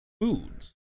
foods